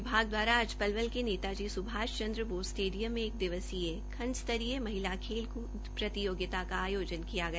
फरवरी एवं बाल विकास विभाग दवारा आज पलवल के नेताजी सुभाष चन्द्र बोस स्टेडियम में एक दिवसीय खंड स्तरीय महिला खेलक्द प्रतियोगिता का आयोजन किया गया